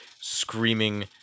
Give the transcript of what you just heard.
screaming